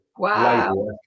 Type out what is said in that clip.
Wow